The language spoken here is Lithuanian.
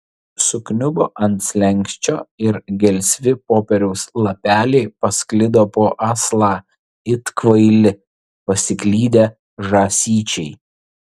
sukniubo ant slenksčio ir gelsvi popieriaus lapeliai pasklido po aslą it kvaili pasiklydę žąsyčiai